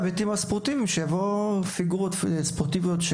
ההיבטים הספורטיביים יבואו פיגורות ספורטיביות,